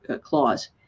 clause